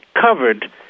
covered